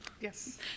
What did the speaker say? Yes